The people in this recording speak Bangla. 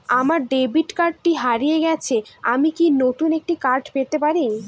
আমার ডেবিট কার্ডটি হারিয়ে গেছে আমি কি নতুন একটি কার্ড পেতে পারি?